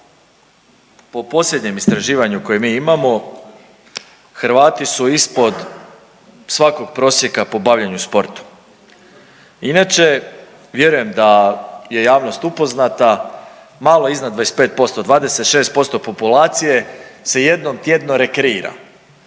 Po posljednjem istraživanju koje mi imamo Hrvati su ispod svakog prosjeka po bavljenju sportom. Inače vjerujem da je javnost upoznata malo iznad 25%, 26% populacije se jednom tjedno rekreira,